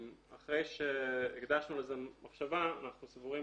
אחרי שהקדשנו לזה מחשבה אנחנו סבורים